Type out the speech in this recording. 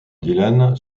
dylan